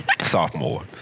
Sophomore